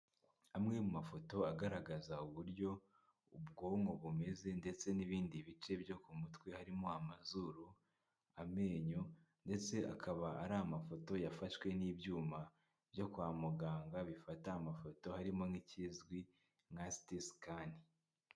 Amwe mu mafoto agaragaza uburyo ubwonko bumeze ndetse n'ibindi bice byo ku mutwe harimo amazuru, amenyo ndetse akaba ari amafoto yafashwe n'ibyuma byo kwa muganga, bifata amafoto harimo nk'ikizwi nka sitisikani.